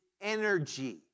energy